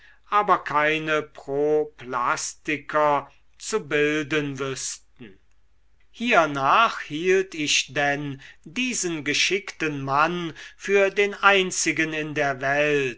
aber keine proplastiker zu bilden wüßten hiernach hielt ich denn diesen geschickten mann für den einzigen in der welt